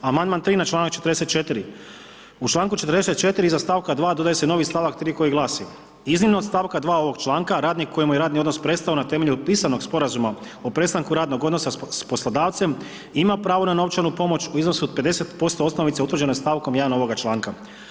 Amandman 3. na članak 44. u članku 44. iza stavka 2. dodaje se novi stavak 3. koji glasi: Iznimno od stavka 2. ovoga članka radnik kojemu je radni odnos prestao na temelju pisanog Sporazuma o prestanku radnog odnosa sa poslodavcem ima pravo na novčanu pomoć u iznosu od 50% osnovice utvrđene stavkom 1. ovoga članka.